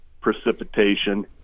precipitation